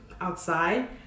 outside